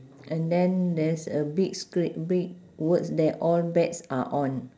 and then there's a big scre~ big words there all bets are on